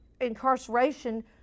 incarceration